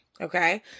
okay